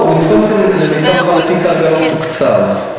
לא, ויסקונסין, למיטב הבנתי, כרגע לא מתוקצב.